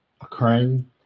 occurring